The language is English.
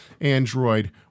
Android